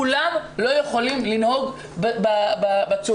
כולם לא יכולים לנהוג בצורה הזאת.